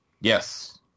Yes